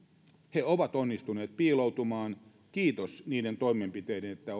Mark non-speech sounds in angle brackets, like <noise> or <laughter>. he ovat onnistuneet piiloutumaan kiitos niiden toimenpiteiden että <unintelligible>